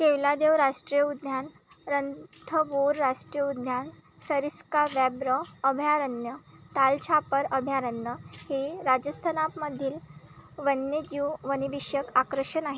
केवलादेव राष्ट्रीय उद्यान रणथंबोर राष्ट्रीय उद्यान सरिस्का व्याघ्र अभयारण्य ताल छापर अभयारण्य हे राजस्थानामधील वन्यजीव वनविषयक आकर्षण आहे